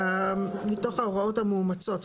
מתוך ההוראות המאומצות.